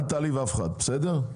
אל תעליב אף אחד, בסדר?